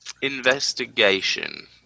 Investigation